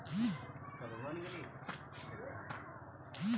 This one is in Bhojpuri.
ऊसर मिट्टी में पानी कईसे भराई?